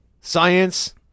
Science